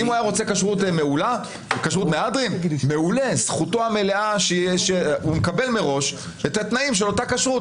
אם הוא רוצה כשרות מהדרין אז הוא יקבל מראש את התנאים של אותה הכשרות.